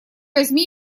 возьми